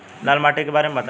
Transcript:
लाल माटी के बारे में बताई